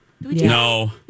No